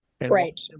Right